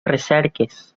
recerques